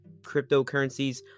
cryptocurrencies